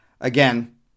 Again